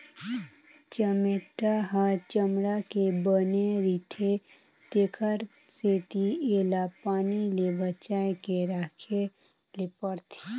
चमेटा ह चमड़ा के बने रिथे तेखर सेती एला पानी ले बचाए के राखे ले परथे